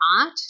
art